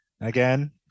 Again